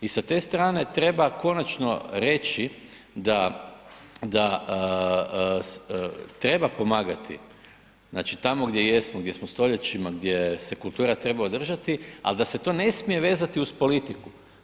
I sa te strane treba konačno reći da treba pomagati, znači tamo gdje jesmo, gdje smo stoljećima, gdje se kultura treba održati ali da se to ne smije vezati uz politiku.